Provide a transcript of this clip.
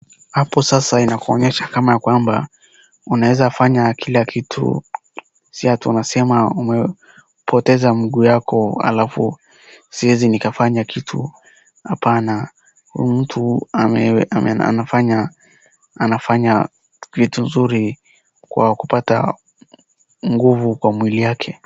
Hapo sasa inakuonyesha kama ya kwamba, unaweza kufanya kila kitu, si ati unasema umepoteza mguu yako alafu siwezi nikafanya kitu. Hapana, huyu mtu anafanya kitu zuri kwa kupata nguvu kwa mwili yake.